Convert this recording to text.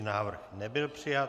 Návrh nebyl přijat.